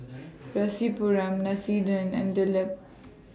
Rasipuram and Dilip